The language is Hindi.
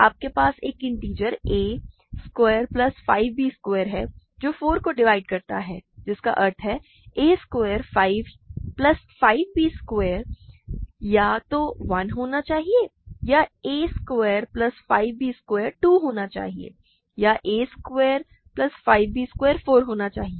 आपके पास एक integer a square plus 5 b square है जो 4 को डिवाइड करता है जिसका अर्थ है a square plus 5 b square या तो 1 होना चाहिए या a square plus 5 b square 2 होना चाहिए या a square plus 5 b square 4 होना चाहिए